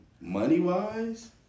money-wise